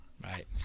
Right